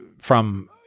from-